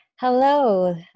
Hello